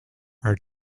are